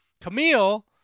Camille